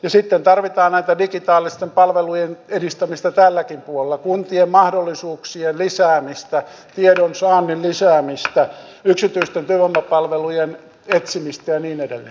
ja sitten tarvitaan digitaalisten palvelujen edistämistä tälläkin puolella kuntien mahdollisuuksien lisäämistä tiedonsaannin lisäämistä yksityisten työvoimapalvelujen etsimistä ja niin edelleen